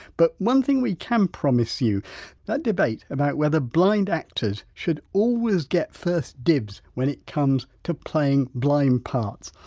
but one thing we can promise you that debate about whether blind actors should always get first dibs when it comes to playing blind parts.